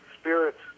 spirits